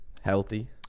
healthy